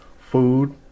food